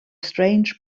strange